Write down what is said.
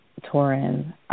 Torin